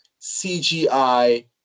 CGI